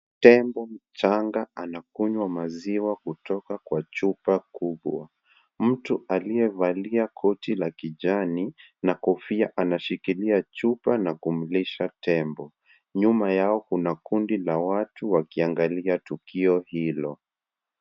Tembo mchanga anakunywa maziwa kutoka kwa chupa kubwa. Mtu aliyevalia koti la kijani na kofia anashikilia chupa na kumlisha tembo . Nyuma yao kuna kundi la watu wakiangalia tukio hilo.